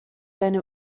eine